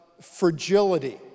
fragility